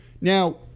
Now